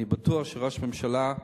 אני בטוח שראש הממשלה,